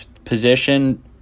position